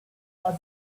was